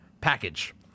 package